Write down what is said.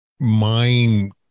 Mind